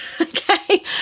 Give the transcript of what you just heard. Okay